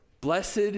Blessed